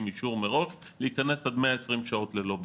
אישור מראש להיכנס עד 120 שעות ללא בידוד.